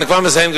אני כבר מסיים,